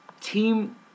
team